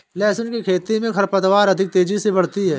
लहसुन की खेती मे खरपतवार अधिक तेजी से बढ़ती है